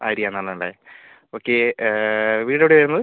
ആര്യ എന്നാണല്ലേ ഓക്കേ വീട് എവിടെയായിരുന്നു